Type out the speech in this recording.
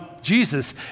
Jesus